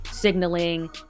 signaling